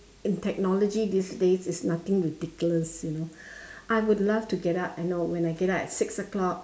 with technology these days it's nothing ridiculous you know I would love to get up I know when I get up at six o-clock